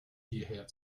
hierher